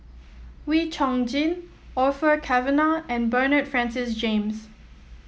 Wee Chong Jin Orfeur Cavenagh and Bernard Francis James